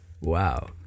Wow